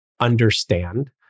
understand